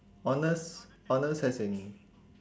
honest honest as in